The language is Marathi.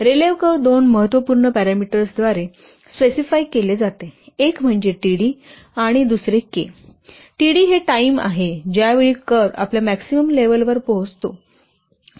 रेलेव्ह कर्व दोन महत्त्वपूर्ण पॅरामीटर्सद्वारे स्पेसिफाइड केले जाते एक म्हणजे t d दुसरे K t d ही टाइम आहे ज्या वेळी कर्व आपल्या मॅक्सिमम लेव्हल वर पोहोचू शकतो